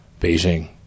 Beijing